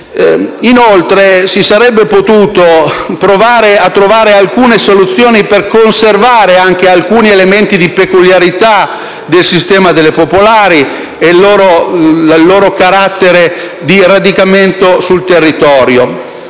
Inoltre, si sarebbe potuto provare a trovare alcune soluzioni per conservare anche taluni elementi di peculiarità del sistema delle popolari e il loro carattere di radicamento sul territorio.